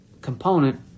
component